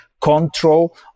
control